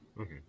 okay